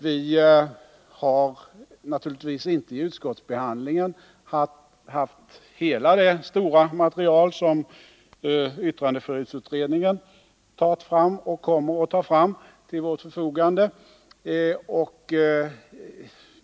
Vi har vid utskottsbehandlingen naturligtvis inte haft hela det stora material som yttrandefrihetsutredningen tagit fram — och kommer att ta fram — till vårt förfogande.